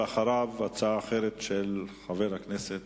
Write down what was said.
אחריו, הצעה אחרת של חבר הכנסת